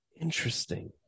Interesting